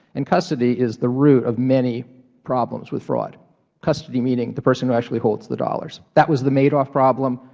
and custody is the root of many problems with fraud custody, meaning the person who actually holds the dollars. that was the madoff problem.